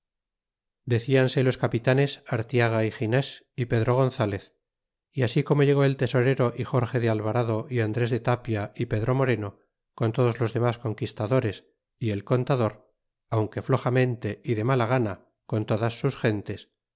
decianse los ce pitanes artiága y gines y pedro gonzalez y así como llegó el tesorero y jorge de alvarado y andres de tapia é pedro moreno con todos los demas conquistadores y el contador aunque floxamente y de mala gana con todas sus gentes